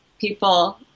people